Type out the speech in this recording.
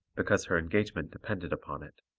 because her engagement depended upon it.